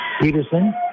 Peterson